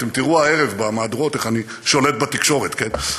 אתם תראו הערב במהדורות איך אני שולט בתקשורת, כן?